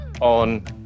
on